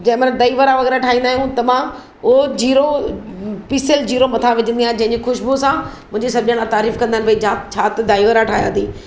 जंहिंमहिल दही वड़ा वग़ैरह ठाईंदा आहियूं त मां उहो जीरो पीसयल जीरो मथां विझंदी आहियां जंहिंजी ख़ुशबूअ सां मुंहिंजी सभु ॼणा तारीफ़ कंदा आहिनि भई छा छा त दही वड़ा ठाहिया अथई